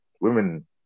women